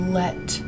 let